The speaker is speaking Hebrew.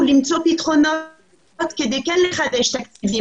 למצוא פתרונות כדי כן לחדש את הלימודים.